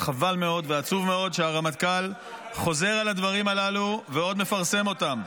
וחבל מאוד ועצוב מאוד שהרמטכ"ל חוזר על הדברים הללו ועוד מפרסם אותם.